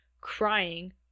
crying